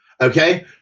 Okay